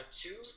two